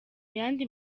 yandi